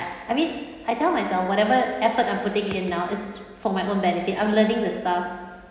I mean I tell myself whatever effort I'm putting in now is for my own benefit I'm learning the stuff